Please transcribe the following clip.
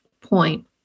point